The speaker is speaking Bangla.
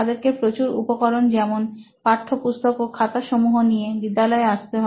তাদেরকে প্রচুর উপকরণ যেমন পাঠ্যপুস্তক ও খাতা সমূহ নিয়ে বিদ্যালয়ে আসতে হয়